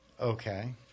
Okay